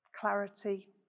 clarity